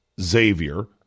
Xavier